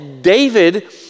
David